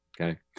okay